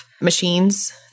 machines